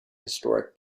historic